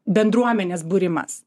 bendruomenės būrimas